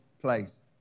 place